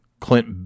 Clint